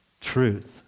truth